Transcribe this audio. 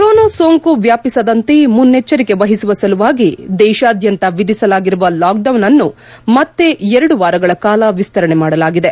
corona ಸೋಂಕು ವ್ಯಾಪಿಸದಂತೆ ಮುನ್ನೆಚ್ಚರಿಕೆ ವಹಿಸುವ ಸಲುವಾಗಿ ದೇಶಾದ್ಯಂತ ವಿಧಿಸಲಾಗಿರುವ ಲಾಕ್ಡೌನ್ ಅನ್ನು ಮತ್ತೆ ಎರಡು ವಾರಗಳ ಕಾಲ ವಿಸ್ತರಣೆ ಮಾಡಲಾಗಿದೆ